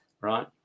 right